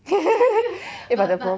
eh but the problem